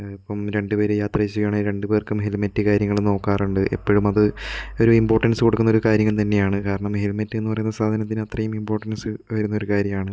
ഇപ്പം രണ്ട് പേർ യാത്ര ചെയ്യണെങ്കിൽ രണ്ടുപേർക്കും ഹെൽമെറ്റ് കാര്യങ്ങളും നോക്കാറുണ്ട് എപ്പഴും അത് ഒര് ഇംപോർട്ടൻസ് കൊടുക്കുന്ന ഒരു കാര്യം തന്നെയാണ് കാരണം ഹെൽമെറ്റ് എന്ന് പറയുന്ന സാധനത്തിന് അത്രയും ഇംപോർട്ടൻസ് വരുന്ന ഒരു കാര്യാണ്